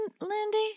Lindy